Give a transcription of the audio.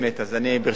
וברשותך,